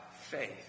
faith